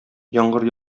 яңгыр